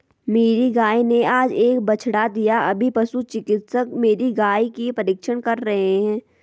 मेरी गाय ने आज एक बछड़ा दिया अभी पशु चिकित्सक मेरी गाय की परीक्षण कर रहे हैं